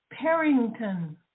Parrington